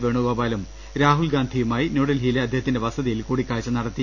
വേണുഗോപാലും രാഹുൽ ഗാന്ധിയുമായി ന്യൂഡൽഹിയിലെ അദ്ദേഹത്തിന്റെ വസതിയിൽ കൂടിക്കാഴ്ച്ച നടത്തി